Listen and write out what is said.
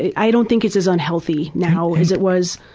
i don't think its as unhealthy now as it was.